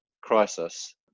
crisis